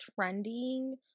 trending